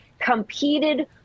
competed